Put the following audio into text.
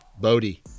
Bodhi